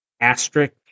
asterisk